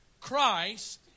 Christ